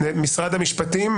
משרד המשפטים בבקשה.